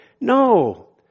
No